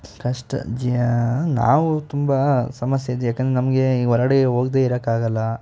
ಕಷ್ಟ ಜೀ ನಾವು ತುಂಬ ಸಮಸ್ಯೆ ಇದ್ವಿ ಯಾಕೆಂದ್ರೆ ನಮಗೆ ಈ ಹೊರ್ಗಡೆ ಹೋಗ್ದೆ ಇರೋಕ್ಕಾಗಲ್ಲ